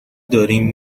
داریم